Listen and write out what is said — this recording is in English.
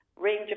range